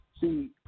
See